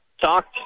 talked